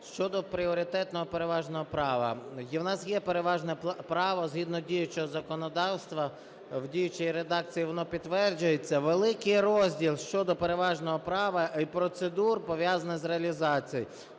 Щодо пріоритетного переважного права. В нас є переважне право згідно діючого законодавства, в діючій редакції воно підтверджується, великий розділ щодо переважного права і процедур, пов'язаних з реалізацією,